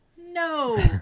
No